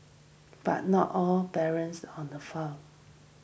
but not all barrens on the front